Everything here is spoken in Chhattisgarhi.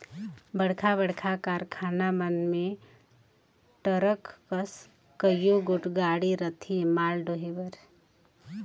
बड़खा बड़खा कारखाना मन में टरक कस कइयो गोट गाड़ी रहथें माल डोहे बर